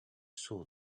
saw